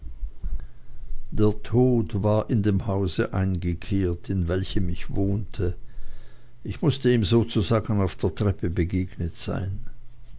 der tod war in dem hause eingekehrt in welchem ich wohnte ich mußte ihm sozusagen auf der treppe begegnet sein